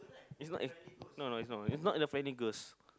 is not is no no is no no is not the friendly ghost